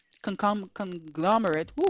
conglomerate